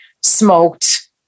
smoked